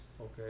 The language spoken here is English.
okay